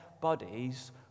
bodies